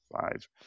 five